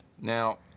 Now